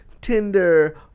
Tinder